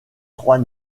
trois